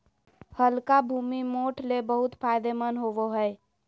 हल्का भूमि, मोठ ले बहुत फायदेमंद होवो हय